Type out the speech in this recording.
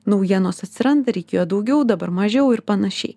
naujienos atsiranda reikėjo daugiau dabar mažiau ir panašiai